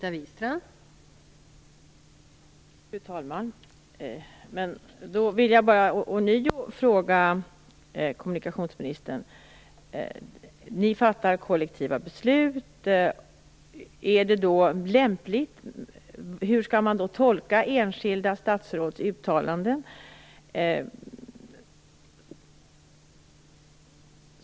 Fru talman! Då vill jag bara ånyo ställa en fråga till kommunikationsministern. Kommunikationsministern säger att regeringen fattar kollektiva beslut. Hur skall man då tolka enskilda statsråds uttalanden?